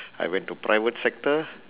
I went to private sector